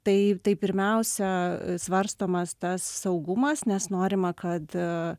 tai tai pirmiausia svarstomas tas saugumas nes norima kad